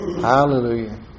Hallelujah